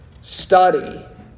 study